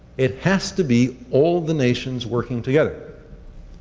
it has to be all the nations working together.